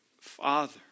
Father